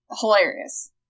hilarious